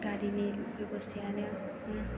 गारिनि बेबस्थायानो ओम